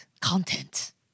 content